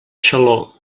xaló